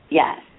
yes